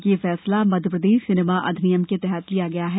यह फैंसला मध्यप्रदेश सिनेमा अधिनियम के तहत लिया गया है